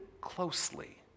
closely